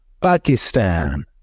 Pakistan